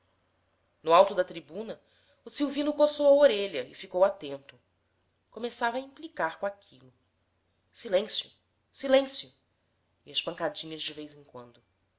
no alto da tribuna o silvino coçou a orelha e ficou atento começava a implicar com aquilo silêncio silêncio e as pancadinhas de vez em quando